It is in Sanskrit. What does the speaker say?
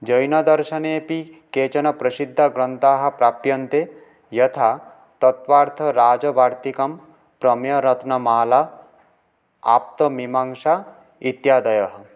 जैनदर्शनेऽपि केचन प्रसिद्धग्रन्थाः प्राप्यन्ते यथा तत्वार्थराजवार्तिकं प्रम्यरत्नमाला आप्तमीमांसा इत्यादयः